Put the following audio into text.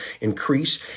increase